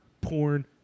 porn